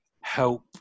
help